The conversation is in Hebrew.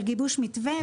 של גיבוש מתווה.